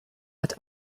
hat